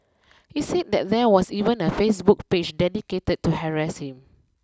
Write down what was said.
he said that there was even a Facebook page dedicated to harass him